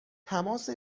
تماس